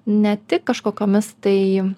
ne tik kažkokiomis tai